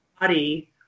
body